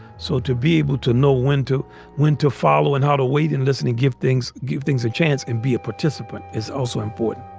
so to be able to know when to when to follow and how to wait and listening, give things give things a chance and be a participant. it's also important